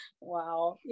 Wow